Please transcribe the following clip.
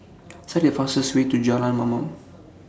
Select The fastest Way to Jalan Mamam